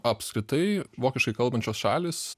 apskritai vokiškai kalbančios šalys